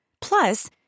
Plus